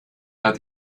hat